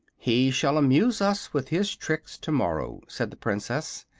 he shall amuse us with his tricks tomorrow, said the princess.